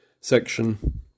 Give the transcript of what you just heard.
section